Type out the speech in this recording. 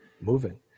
moving